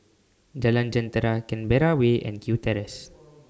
Jalan Jentera Canberra Way and Kew Terrace